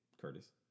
Curtis